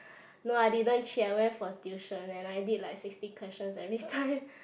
no I didn't cheat I went for tuition and I did like sixty questions every time